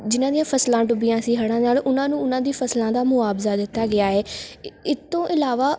ਜਿਹਨਾਂ ਦੀਆਂ ਫਸਲਾਂ ਡੁੱਬੀਆਂ ਸੀ ਹੜ੍ਹਾਂ ਨਾਲ ਉਹਨਾਂ ਨੂੰ ਉਨ੍ਹਾਂ ਦੀ ਫਸਲਾਂ ਦਾ ਮੁਆਵਜ਼ਾ ਦਿੱਤਾ ਗਿਆ ਹੈ ਇਹ ਤੋਂ ਇਲਾਵਾ